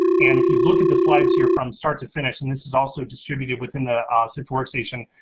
and if you look at the slides here from start to finish and this is also distributed within the ah sift workstation,